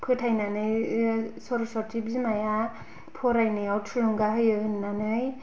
फोथायनानै सर'सति बिमाया फरायनायाव थुलुंगा होयो होननानै